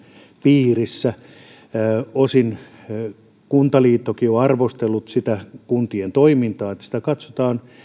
piirissä kuntaliittokin on osin arvostellut kuntien toimintaa eli sitä katsotaan